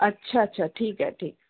अच्छा अच्छा ठीकु आहे ठीकु